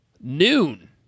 Noon